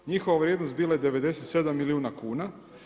Njihova vrijednost bila je 97 milijuna kuna.